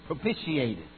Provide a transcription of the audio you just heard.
propitiated